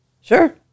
Sure